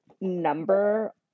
number